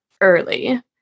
early